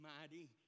mighty